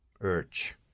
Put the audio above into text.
urge